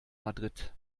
madrid